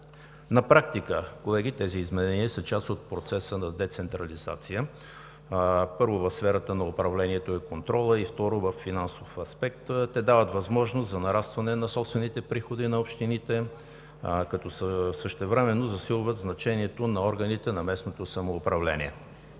на практика тези изменения са част от процеса на децентрализация, първо, в сферата на управлението и контрола и, второ, във финансов аспект. Те дават възможност за нарастване на собствените приходи на общините, като същевременно засилват значението на органите на местното самоуправление.